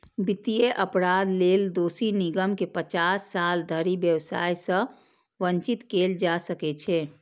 वित्तीय अपराध लेल दोषी निगम कें पचास साल धरि व्यवसाय सं वंचित कैल जा सकै छै